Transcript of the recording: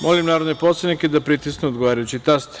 Molim narodne poslanike da pritisnu odgovarajući taster.